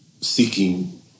seeking